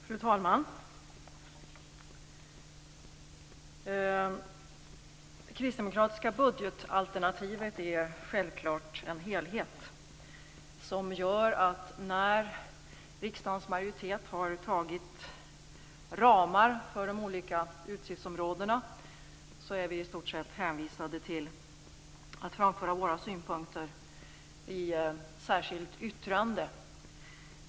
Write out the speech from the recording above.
Fru talman! Det kristdemokratiska budgetalternativet är självklart en helhet som gör att när riksdagens majoritet har antagit ramar för de olika utgiftsområdena är vi i stort sett hänvisade till att framföra våra synpunkter i ett särskilt yttrande.